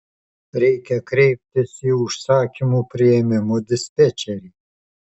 reikia kreiptis į užsakymų priėmimo dispečerį